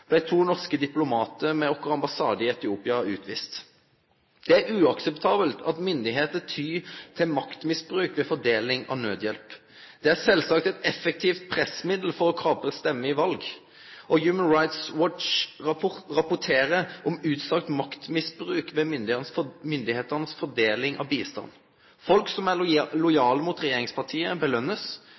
blei to norske diplomatar ved vår ambassade i Etiopia utviste. Det er uakseptabelt at myndigheiter tyr til maktmisbruk ved fordeling av nødhjelp. Det er sjølvsagt eit effektivt pressmiddel for å kapre stemmer i val. Human Rights Watch rapporterer om ustrakt maktmisbruk ved myndigheitenes fordeling av bistand: Folk som er lojale mot